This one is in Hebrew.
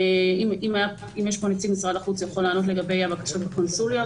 ואם יש כאן נציג ממשרד החוץ הוא יכול לענות לגבי הבקשות לקונסוליות,